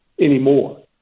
anymore